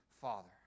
father